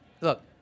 Look